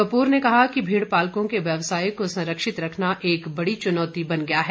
कप्र ने कहा कि भेड़पालकों के व्यवसाय को संरक्षित रखना एक बड़ी चुनौती बन गया है